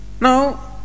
Now